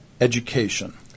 education